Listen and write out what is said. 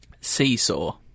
Seesaw